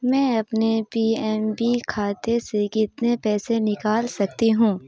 میں اپنے P N B کھاتے سے کتنے پیسے نکال سکتی ہوں